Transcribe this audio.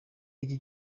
y’iki